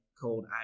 called